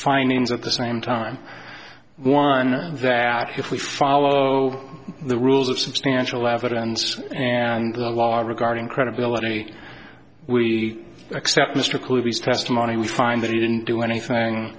names at the same time one that if we follow the rules of substantial evidence and the law regarding credibility we accept mr cooper's testimony we find that he didn't do anything